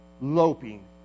loping